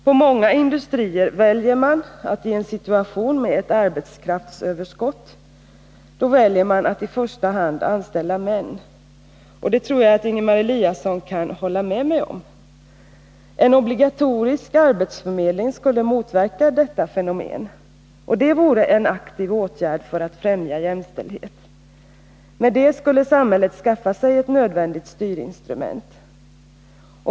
På många industrier väljer man att i en situation med ett arbetskraftsöverskott i första hand anställa män. Det tror jag att Ingemar Eliasson kan hålla med mig om. En obligatorisk arbetsförmedling skulle motverka detta fenomen. Det vore en aktiv åtgärd för att främja jämställdhet. Med det skulle samhället skaffa sig ett nödvändigt styrinstrument.